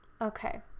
okay